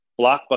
Blockbuster